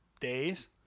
days